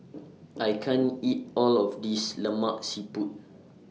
I can't eat All of This Lemak Siput